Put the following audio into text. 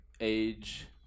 age